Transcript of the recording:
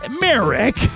Merrick